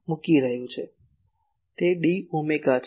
તે d omega છે